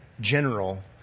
general